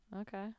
Okay